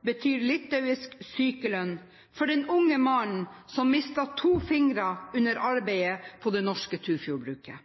betyr litauisk sykelønn for den unge mannen som mistet to fingre under arbeidet på det norske Tufjordbruket.